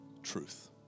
truth